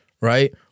right